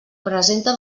presenta